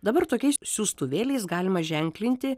dabar tokiais siųstuvėliais galima ženklinti